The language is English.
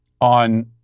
on